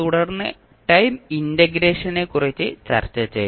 തുടർന്ന് ടൈം ഇന്റഗ്രേഷനെക്കുറിച്ച് ചർച്ച ചെയ്തു